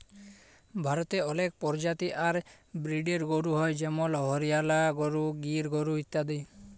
ভারতে অলেক পরজাতি আর ব্রিডের গরু হ্য় যেমল হরিয়ালা গরু, গির গরু ইত্যাদি